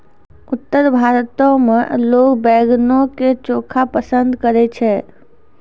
उत्तर भारतो मे लोक बैंगनो के चोखा पसंद करै छै